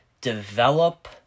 develop